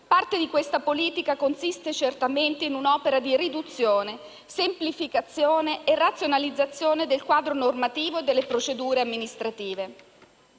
parte di questa politica consiste certamente in un'opera di riduzione, semplificazione e razionalizzazione del quadro normativo e delle procedure amministrative.